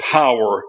power